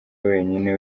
wenyine